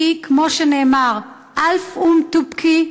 כי כמו שנאמר: (אומרת בערבית: אלף אימהות תבכינה,